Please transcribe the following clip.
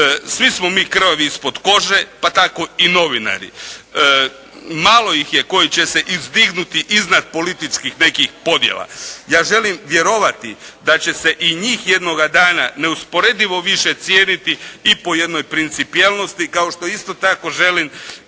Svi smo mi krvavi ispod kože, pa tako i novinari. Malo ih je koji će se izdignuti iznad političkih nekih podjela. Ja želim vjerovati da će se i njih jednoga dana neusporedivo više cijeniti i po jednoj principijelnosti kao što isto tako želim